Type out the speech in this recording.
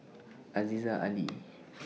Aziza Ali